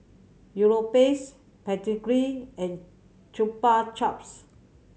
Europace Pedigree and Chupa Chups